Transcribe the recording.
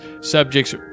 subjects